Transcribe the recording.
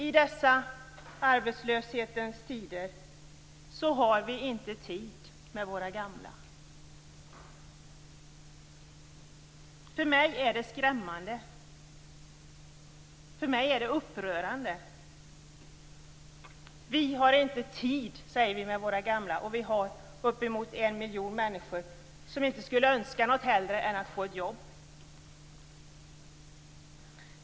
I dessa arbetslöshetens tider har vi inte tid med våra gamla. För mig är det skrämmande och upprörande. Vi har inte tid för våra gamla, säger vi. Ändå är det uppemot en miljon människor som inget hellre skulle önska än att få ett jobb.